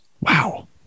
Wow